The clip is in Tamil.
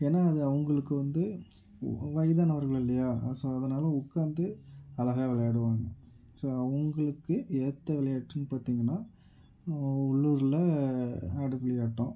ஏன்னா அது அவங்களுக்கு வந்து வயதானவர்கள் இல்லையா ஸோ அதனால் உக்கார்ந்து அழகாக விளையாடுவாங்க ஸோ அவங்களுக்கு ஏற்ற விளையாட்டுனு பார்த்திங்கன்னா உள்ளூரில் ஆடு புலி ஆட்டம்